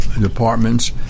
Departments